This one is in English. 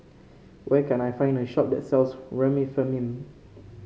where can I find a shop that sells Remifemin